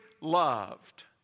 loved